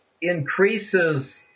increases